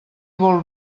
vol